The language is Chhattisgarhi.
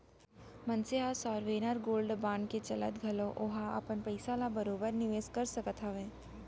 मनसे ह सॉवरेन गोल्ड बांड के चलत घलोक ओहा अपन पइसा ल बरोबर निवेस कर सकत हावय